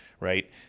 right